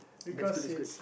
that's good that's good